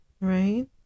right